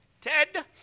Ted